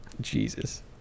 Jesus